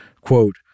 Quote